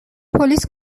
پلیس